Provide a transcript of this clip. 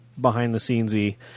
behind-the-scenes-y